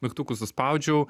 mygtukus suspaudžiau